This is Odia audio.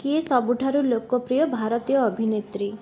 କିଏ ସବୁଠାରୁ ଲୋକପ୍ରିୟ ଭାରତୀୟ ଅଭିନେତ୍ରୀ